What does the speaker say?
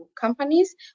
companies